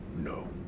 No